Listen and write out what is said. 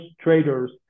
traders